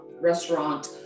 restaurant